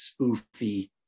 spoofy